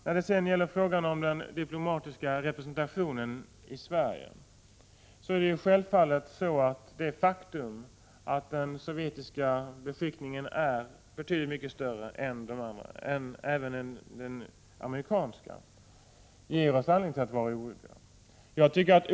När det gäller frågan om den diplomatiska representationen i Sverige, är det självfallet så att det faktum att den sovjetiska beskickningen är betydligt större än de andra beskickningarna — även den amerikanska-— ger oss anledning att vara oroliga.